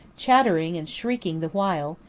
chattering and shrieking the while,